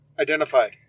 identified